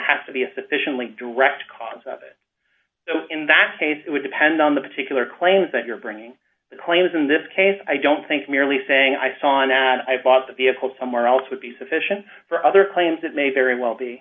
has to be a sufficiently direct cause of it so in that case it would depend on the particular claims that you're bringing claims in this case i don't think merely saying i saw an ad i bought the vehicle somewhere else would be sufficient for other claims it may very well be